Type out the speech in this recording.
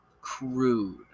crude